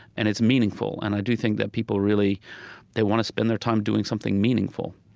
and it's meaningful. and i do think that people really they want to spend their time doing something meaningful